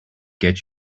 get